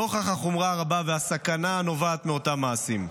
נוכח החומרה הרבה והסכנה הנובעת מאותם מעשים.